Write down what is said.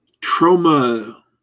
trauma